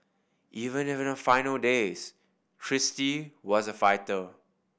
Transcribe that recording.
even final days Kristie was a fighter